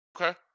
Okay